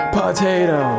potato